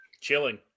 chilling